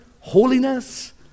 holiness